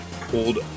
pulled